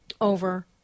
over